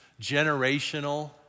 generational